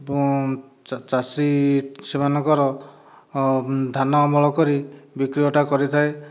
ଏବଂ ଚାଷୀ ସେମାନଙ୍କର ଧାନ ଅମଳ କରି ବିକ୍ରୟଟା କରିଥାଏ